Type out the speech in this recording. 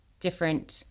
different